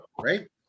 right